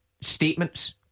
Statements